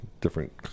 different